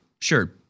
Sure